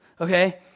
okay